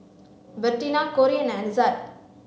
Bertina Cori and Ezzard